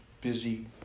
busy